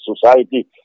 society